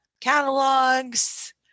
catalogs